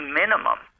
minimum